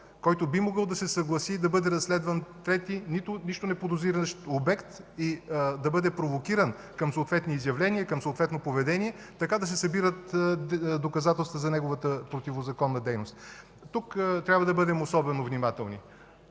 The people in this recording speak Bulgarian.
който би могъл да се съгласи да бъде разследван трети нищо неподозиращ обект и да бъде провокиран към съответни изявления и към съответно поведение – така да се събират доказателства за неговата противозаконна дейност. Тук трябва да бъдем особено внимателни.